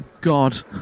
god